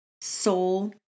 soul